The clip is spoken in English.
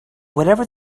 whatever